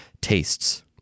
tastes